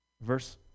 Verse